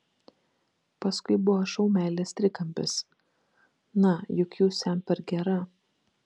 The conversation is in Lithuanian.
paskui buvo šou meilės trikampis na juk jūs jam per gera